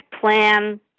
plan